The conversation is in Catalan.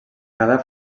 cada